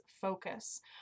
focus